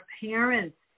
parents